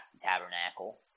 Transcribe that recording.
tabernacle